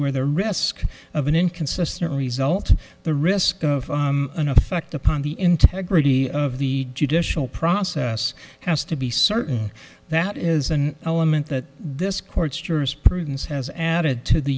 where the risk of an inconsistent result the risk of an effect upon the integrity of the judicial process has to be certain that is an element that this court's jurisprudence has added to the